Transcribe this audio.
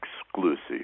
exclusive